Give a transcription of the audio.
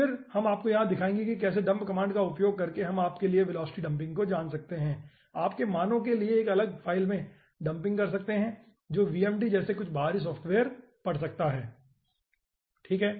फिर हम आपको यहां दिखाएंगे कि कैसे dump कमांड का उपयोग करके हम आपके लिए वेलोसिटी डंपिंग को जान सकते हैं और आपके मानो के लिए एक अलग फाइल में डंपिंग कर सकते हैं जो vmd जैसे कुछ बाहरी सॉफ्टवेयर पढ़ सकता है ठीक है